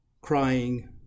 crying